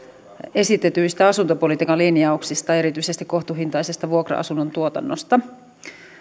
esitetyistä asuntopolitiikan lin jauksista ja erityisesti kohtuuhintaisesta vuokra asuntotuotannosta